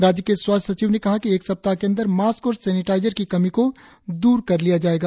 राज्य के स्वास्थ्य सचिव ने कहा कि एक सप्ताह के अंदर मास्क और सेनेटाइजर की कमी को दूर कर लिया जाएआ